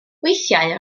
weithiau